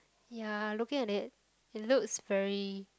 ya looking at it it looks very